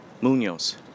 Munoz